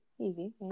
easy